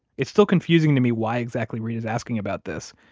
it's still confusing to me why exactly reta's asking about this,